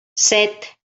set